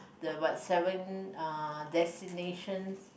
the what seven uh destinations